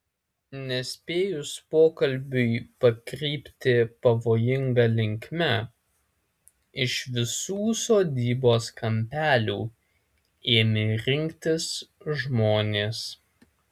nespėjus pokalbiui pakrypti pavojinga linkme iš visų sodybos kampelių ėmė rinktis žmonės